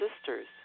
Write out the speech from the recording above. sisters